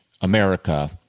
America